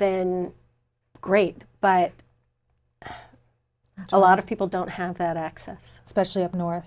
in great buy a lot of people don't have that access especially up north